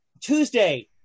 Tuesday